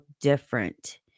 different